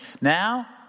Now